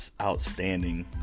outstanding